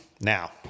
Now